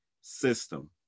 system